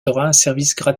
gratuit